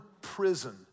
prison